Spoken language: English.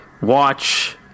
watch